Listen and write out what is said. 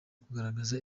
kugaragaza